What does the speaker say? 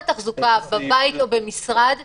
מה אם אני משפצת את הבית לפני שאני נכנסת אליו?